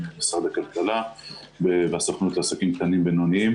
משרד הכלכלה והסוכנות לעסקים קטנים ובינוניים,